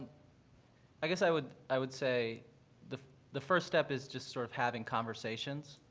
i guess i would i would say the the first step is just sort of having conversations.